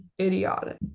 idiotic